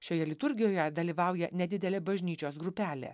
šioje liturgijoje dalyvauja nedidelė bažnyčios grupelė